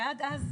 ועד אז,